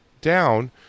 down